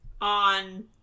On